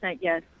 yes